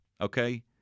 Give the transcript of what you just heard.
okay